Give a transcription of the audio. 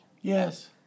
Yes